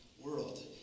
world